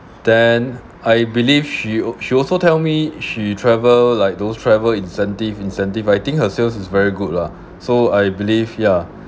then I believe she al~ she also tell me she travel like those travel incentive incentive I think her sales is very good lah so I believe yeah